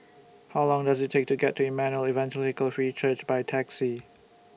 How Long Does IT Take to get to Emmanuel Evangelical Free Church By Taxi